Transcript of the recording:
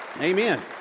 Amen